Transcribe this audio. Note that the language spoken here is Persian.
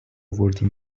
آوردی